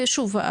שוב,